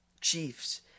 Chiefs